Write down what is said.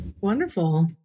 Wonderful